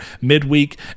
midweek